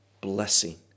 blessing